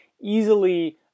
easily